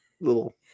little